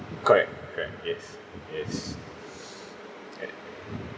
correct correct yes yes at